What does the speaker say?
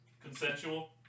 consensual